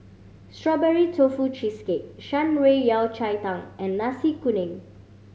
Strawberry Tofu Cheesecake Shan Rui Yao Cai Tang and Nasi Kuning